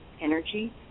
energy